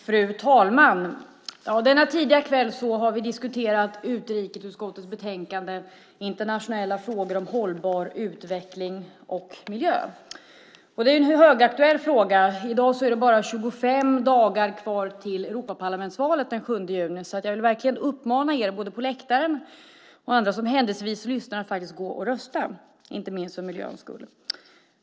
Fru talman! Denna tidiga kväll har vi diskuterat utrikesutskottets betänkande Internationella frågor om hållbar utveckling och miljö. Det är en högaktuell fråga. I dag är det bara 25 dagar kvar till Europaparlamentsvalet den 7 juni. Jag vill verkligen uppmana både er på läktaren och ni andra som händelsevis lyssnar att gå och rösta, inte minst för miljöns skull.